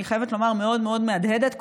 ואני חייבת לומר מאוד מאוד מהדהדת,